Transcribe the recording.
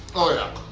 oh yeah!